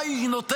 מה היא נותנת,